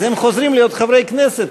אז הם חוזרים להיות חברי כנסת.